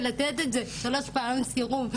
שלוש פעמים סירוב,